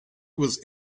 was